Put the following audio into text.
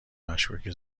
مشکوکه